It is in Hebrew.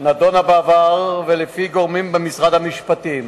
נדונה בעבר, ולפי גורמים במשרד המשפטים